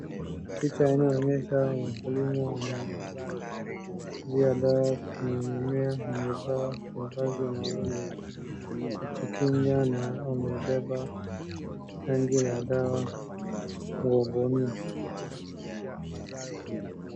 Picha inayoonyesha mkulima ananyunyuzia dawa kwenye mimea ameevaa mavazi maalum ya kujikingaa na amebeba tanki la dawa mgongonini.